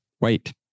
Wait